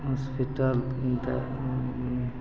hospital तऽ